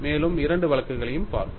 மேலும் இரண்டு வழக்குகளையும் பார்ப்போம்